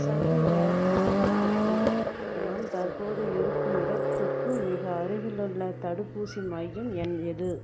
சண்டிகர் மாவட்டத்தில் நான் தற்போது இருக்கும் இடத்துக்கு மிக அருகில் உள்ள தடுப்பூசி மையம் என் எது